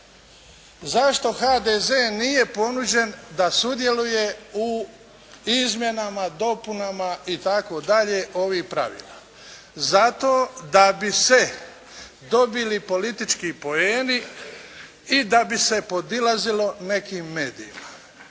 Zašto HDZ nije ponuđen da sudjeluje u izmjenama, dopunama itd. ovih pravila? Zato da bi se dobili politički poeni i da bi se podilazilo nekim medijima,